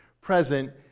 present